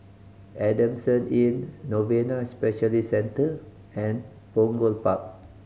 Adamson Inn Novena Specialist Centre and Punggol Park